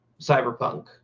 cyberpunk